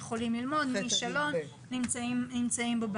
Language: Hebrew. יכולים ללמוד ולא נמצאים בבית.